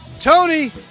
Tony